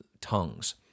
tongues